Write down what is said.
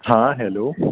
हा हेलो